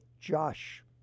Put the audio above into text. josh